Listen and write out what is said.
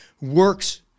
works